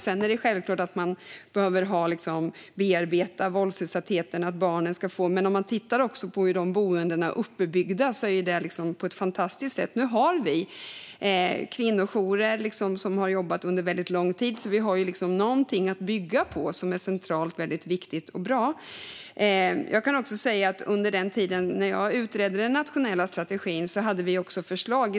Sedan måste kvinnorna och barnen självklart få bearbeta våldsutsattheten. Boendeformen är uppbyggd på ett fantastiskt sätt. Här finns kvinnojourer som har jobbat med dessa frågor under lång tid. Det finns alltså något att bygga på, vilket är viktigt och bra. Under tiden jag utredde den nationella strategin fanns förslag.